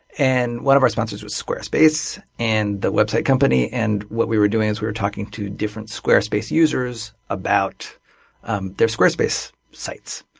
and one of our sponsors was squarespace, and the website company. and what we were doing is we were talking to different squarespace users about um their squarespace sites.